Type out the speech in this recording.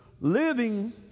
living